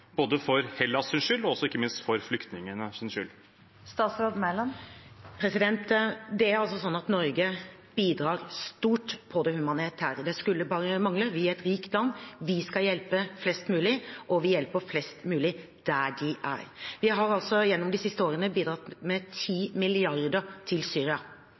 både for Hellas’ skyld og ikke minst for flyktningenes skyld? Det er altså sånn at Norge bidrar stort på det humanitære. Det skulle bare mangle. Vi er et rikt land, vi skal hjelpe flest mulig, og vi hjelper flest mulig der de er. Vi har gjennom de siste årene bidratt med 10 mrd. kr til Syria